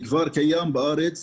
זה כבר קיים בארץ,